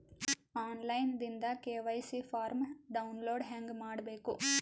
On line ದಿಂದ KYC form download ಹೇಂಗ ಮಾಡಬೇಕು?